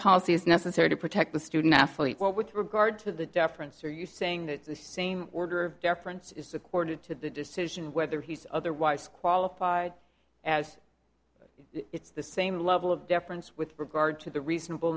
policy is necessary to protect the student athlete what with regard to the deference are you saying that the same order of deference is accorded to the decision of whether he's otherwise qualified as it's the same level of deference with regard to the reasonable